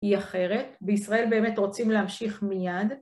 היא אחרת, בישראל באמת רוצים להמשיך מיד.